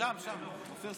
קבוצת